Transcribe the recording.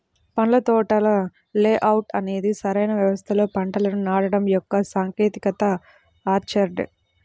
పండ్ల తోటల లేఅవుట్ అనేది సరైన వ్యవస్థలో పంటలను నాటడం యొక్క సాంకేతికత ఆర్చర్డ్